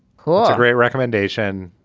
cool. great recommendation,